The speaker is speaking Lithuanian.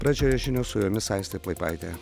pradžioje žinios su jomis aistė plaipaitė